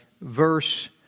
verse